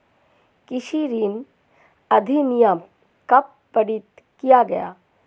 कृषि ऋण अधिनियम कब पारित किया गया?